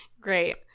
Great